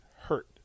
hurt